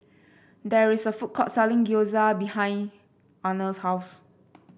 there is a food court selling Gyoza behind Arnold's house